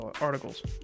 articles